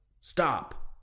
Stop